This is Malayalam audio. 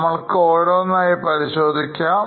നമ്മൾക്ക് ഓരോന്നായി പരിശോധിക്കാം